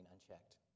unchecked